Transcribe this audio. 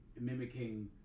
mimicking